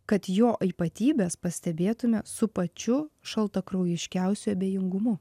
kad jo ypatybes pastebėtume su pačiu šaltakraujiškiausiu abejingumu